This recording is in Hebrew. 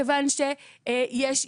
כיוון שיש,